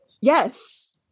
yes